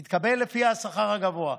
היא תקבל לפי השכר הגבוה.